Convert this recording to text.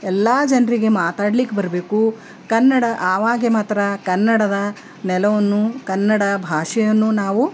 ಎಲ್ಲ ಜನರಿಗೆ ಮಾತಾಡ್ಲಿಕ್ಕೆ ಬರಬೇಕು ಕನ್ನಡ ಆವಾಗ ಮಾತ್ರ ಕನ್ನಡದ ನೆಲವನ್ನು ಕನ್ನಡ ಭಾಷೆಯನ್ನು ನಾವು